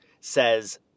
says